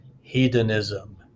hedonism